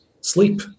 sleep